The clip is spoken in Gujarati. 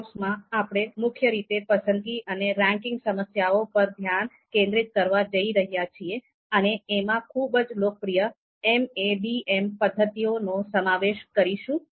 આ કોર્સમાં આપણે મુખ્ય રીતે પસંદગી અને રેન્કિંગ સમસ્યાઓ પર ધ્યાન કેન્દ્રિત કરવા જઈ રહ્યા છીએ અને એમાં ખૂબ જ લોકપ્રિય MADM પદ્ધતિઓનો સમાવેશ કરીશું